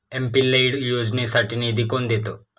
MP LAD योजनेसाठी निधी कोण देतं?